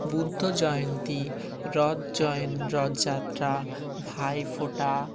বুদ্ধ জয়ন্তী রথ জয়েন রথযাত্রা ভাইফোঁটা